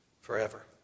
forever